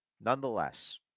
Nonetheless